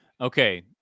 Okay